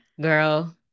Girl